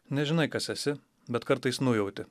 nežinai kas esi bet kartais nujauti